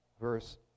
verse